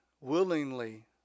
willingly